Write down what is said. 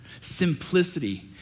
Simplicity